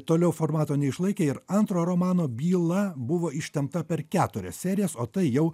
toliau formato neišlaikė ir antro romano byla buvo ištempta per keturias serijas o tai jau